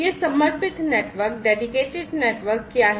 यह dedicated network क्या है